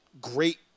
great